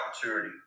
opportunity